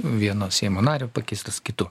vieno seimo nario pakeistas kitu